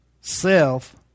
self